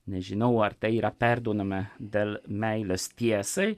nežinau ar tai yra perduodama dar meilės tiesai